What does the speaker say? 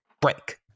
break